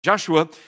Joshua